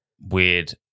weird